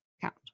count